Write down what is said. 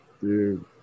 Dude